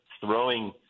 throwing